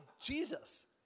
Jesus